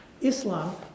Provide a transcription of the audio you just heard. Islam